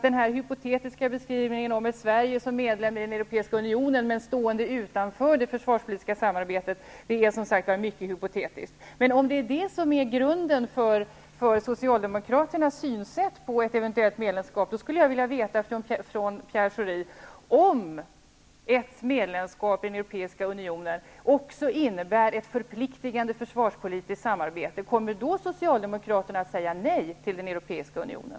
Den här hypotetiska beskrivningen om ett Sverige som medlem i den europeiska unionen, men stående utanför det försvarspolitiska samarbetet är, som sagt var, mycket hypotetisk. Men om nu det är grunden för Socialdemokraternas synsätt på ett medlemskap, då skulle jag vilja veta svaret från Pierre Schori på en annan fråga. Om ett medlemskap i den europeiska unionen också innebär ett förpliktigande försvarspolitiskt samarbete, kommer då Socialdemokraterna att säga nej till den europeiska unionen?